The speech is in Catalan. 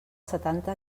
setanta